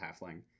halfling